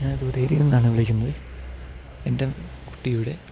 ഞാൻ നിന്നാണ് വിളിക്കുന്നത് എൻ്റെ കുട്ടിയുടെ